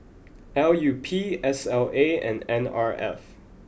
L U P S L A and N R F